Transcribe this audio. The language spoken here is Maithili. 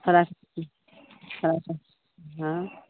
फ्राक फ्राक हँ